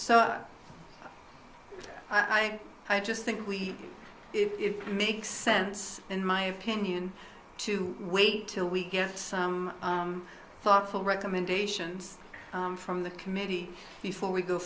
so i i i just think we if it makes sense in my opinion to wait till we get some thoughtful recommendations from the committee before we go